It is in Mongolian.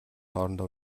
хоорондоо